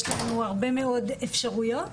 יש לנו הרבה מאוד אפשרויות,